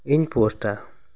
ᱤᱧ ᱯᱚᱥᱴᱟ